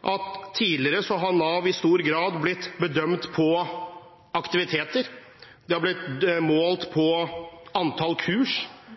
at Nav tidligere i stor grad har blitt bedømt etter aktiviteter, de har blitt målt etter antall kurs